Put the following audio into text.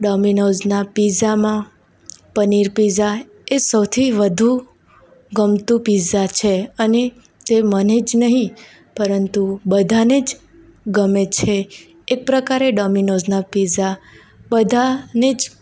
ડોમીનોઝના પિઝામાં પનીર પિઝા એ સૌથી વધુ ગમતું પિઝા છે અને તે મને જ નહીં પરંતુ બધાંને જ ગમે છે એ પ્રકારે ડોમીનોઝના પિઝા બધાંને જ